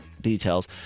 details